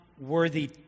worthy